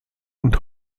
und